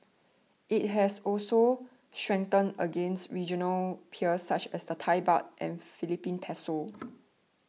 it has also strengthened against regional peers such as the Thai Baht and Philippine Peso